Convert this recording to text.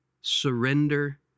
surrender